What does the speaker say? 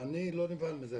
אני לא נבהל מזה.